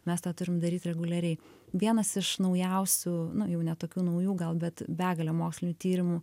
mes tą turim daryt reguliariai vienas iš naujausių nu jau ne tokių naujų gal bet begalę mokslinių tyrimų